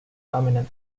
dominant